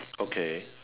okay